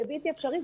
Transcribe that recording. זה בלתי אפשרי.